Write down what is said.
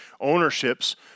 ownerships